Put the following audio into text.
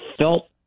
felt